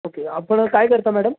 okay आपण काय करता मॅडम